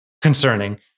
concerning